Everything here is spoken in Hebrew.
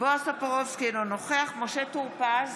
בועז טופורובסקי, אינו נוכח משה טור פז,